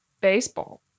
baseball